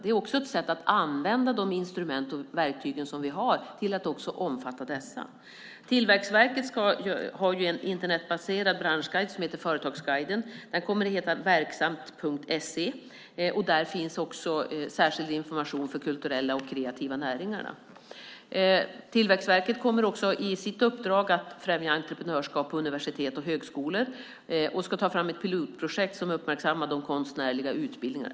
Det är också ett sätt att använda de instrument och verktyg som vi har till att även omfatta dessa. Tillväxtverket har ju en Internetbaserad branschguide som heter Företagsguiden. Den kommer att heta verksamt.se. Där finns också särskild information för de kulturella och kreativa näringarna. Tillväxtverket kommer också att ha i sitt uppdrag att främja entreprenörskap på universitet och högskolor och ska ta fram ett pilotprojekt som uppmärksammar de konstnärliga utbildningarna.